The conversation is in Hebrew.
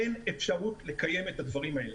אין אפשרות לקיים את הדברים האלה.